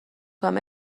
کنم